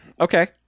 okay